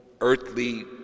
earthly